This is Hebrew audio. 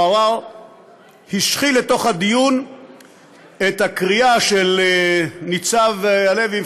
עראר השחיל לתוך הדיון את הקריאה של ניצב הלוי,